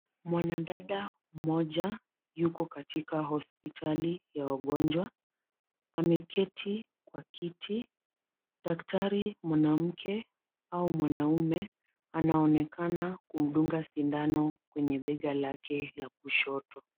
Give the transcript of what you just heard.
Mwanadada mmoja, yuko katika hosipitali ya wagonjwa. Ameketi kwa kiti. Daktari mwanamke, au mwanaume anaonekana kumdunga sindano kwenye bega lake la kushoto.